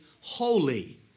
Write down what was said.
holy